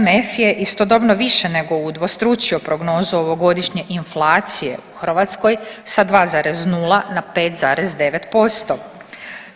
MMF je istodobno više nego udvostručio prognozu ovogodišnje inflacije u Hrvatskoj sa 2,0 na 5,9%